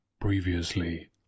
Previously